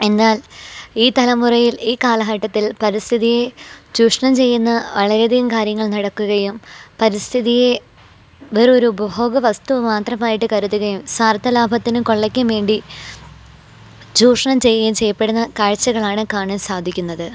എന്നാൽ ഈ തലമുറയിൽ ഈ കാലഘട്ടത്തിൽ പരിസ്ഥിതിയെ ചൂഷ്ണം ചെയ്യുന്ന വളരെയധികം കാര്യങ്ങൾ നടക്കുകയും പരിസ്ഥിതിയെ വേറൊരു ഉപഭോഗവസ്തുമാത്രമായ്ട്ട് കരുതുകയും സ്വാർത്ഥലാഭത്തിനും കൊള്ളക്കുംവേണ്ടി ചൂഷ്ണം ചെയ്യ ചെയ്യപ്പെടുന്ന കാഴ്ച്ചകളാണ് കാണാൻ സാധിക്കുന്നത്